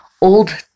old